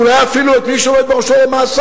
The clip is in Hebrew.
ואולי אפילו את מי שעומד בראשו למאסר.